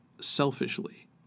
selfishly